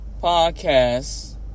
podcast